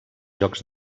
jocs